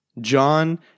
John